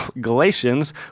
Galatians